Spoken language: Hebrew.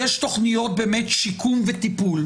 לא מקבל שום דבר, הקצבאות נשללות.